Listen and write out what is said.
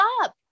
up